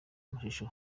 amashusho